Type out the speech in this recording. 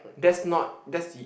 that's not that's